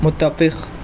متفق